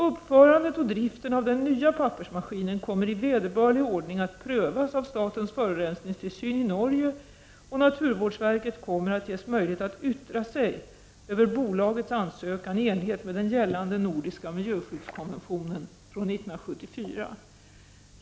Uppförandet och driften av den nya pappersmaskinen kommer i vederbörlig ordning att prövas av statens forurensningstilsyn i Norge och naturvårdsverket kommer att ges möjlighet att yttra sig över bolagets ansökan i enlighet med den gällande nordiska miljöskyddskonventionen från 1974.